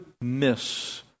miss